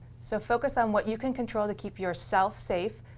so focus on what you can control to keep yourself safe.